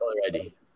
already